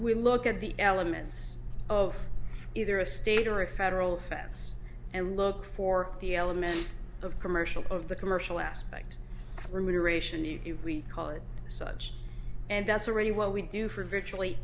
we look at the elements of either a state or a federal offense and look for the element of commercial of the commercial aspect remuneration the we call it such and that's already what we do for virtually